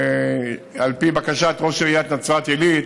על פי בקשת ראש עיריית נצרת עילית,